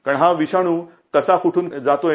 कारण हा विषाणू कसा कुठून जाता आहे